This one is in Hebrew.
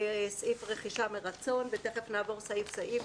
לסעיף רכישה מרצון ותכף נעבור סעיף סעיף.